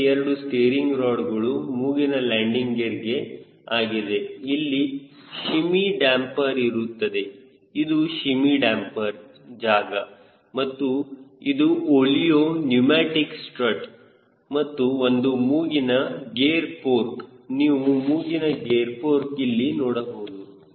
ಹೀಗೆ ಎರಡು ಸ್ಟಿಯರಿಂಗ್ ರೋಡ್ಗಳು ಮೂಗಿನ ಲ್ಯಾಂಡಿಂಗ್ ಗೇರ್ಗೆ ಆಗಿದೆ ಇಲ್ಲಿ ಶಿಮ್ಮಿ ಡ್ಯಾಮ್ಪೆರ್ ಇರುತ್ತದೆ ಇದು ಶಿಮ್ಮಿ ಡ್ಯಾಮ್ಪೆರ್ ಜಾಗ ಮತ್ತು ಇದು ಓಲಿಯೋ ನ್ಯೂಮಟಿಕ್ ಸ್ಟ್ರಾಟ್ ಮತ್ತುಇದು ಮೂಗಿನ ಗೇರ್ ಫೋರ್ಕ್ ನೀವು ಮೂಗಿನ ಗೇರ್ ಫೋರ್ಕ್ ಇಲ್ಲಿ ನೋಡಬಹುದು